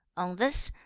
on this,